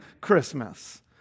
Christmas